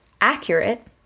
accurate